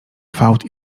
fałd